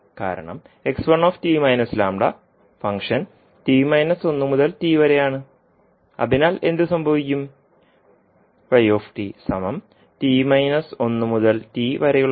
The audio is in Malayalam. കാരണം ഫംഗ്ഷൻ t 1 മുതൽ t വരെയാണ്